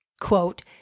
quote